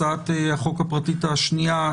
על הצעת חוק שנעשתה בשיתוף פעולה איתו.